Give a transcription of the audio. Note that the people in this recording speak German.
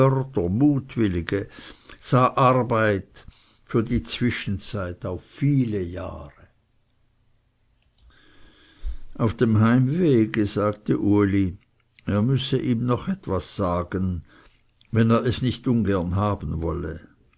mutwillige sah arbeit für die zwischenzeit auf viele jahre auf dem heimwege sagte uli er müsse ihm noch etwas sagen wenn er es nicht ungern haben wolle